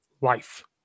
life